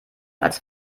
als